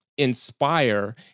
inspire